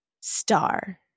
Star